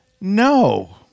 No